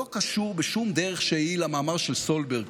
לא קשור בשום דרך שהיא למאמר של סולברג.